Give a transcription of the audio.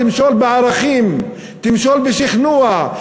תמשול בערכים, תמשול בשכנוע,